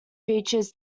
features